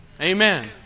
Amen